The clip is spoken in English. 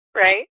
Right